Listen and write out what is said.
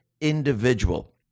individual